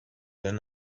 than